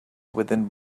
within